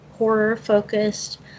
horror-focused